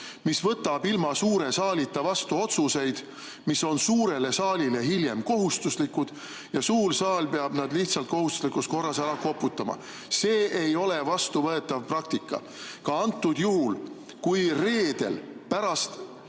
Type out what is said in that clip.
mis võtab ilma suure saalita vastu otsuseid, mis on suurele saalile hiljem kohustuslikud, ja suur saal peab nad lihtsalt kohustuslikus korras ära koputama. See ei ole vastuvõetav praktika. Ka antud juhul, kui reedel pärast